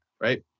right